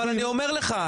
אבל אני אומר לך,